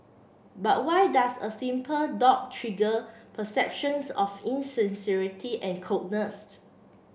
but why does a simple dot trigger perceptions of insincerity and coldness